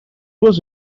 was